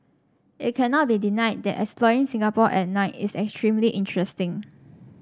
it cannot be denied that exploring Singapore at night is extremely interesting